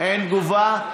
אין תגובה.